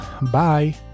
bye